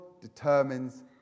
determines